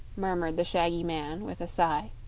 murmured the shaggy man, with a sigh.